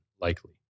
likely